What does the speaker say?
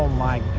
my